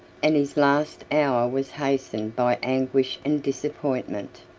and his last hour was hastened by anguish and disappointment.